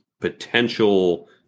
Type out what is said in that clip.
potential